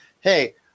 Hey